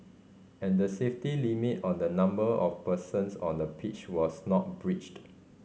and the safety limit on the number of persons on the pitch was not breached